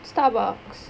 Starbucks